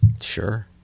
Sure